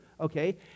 okay